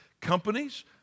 Companies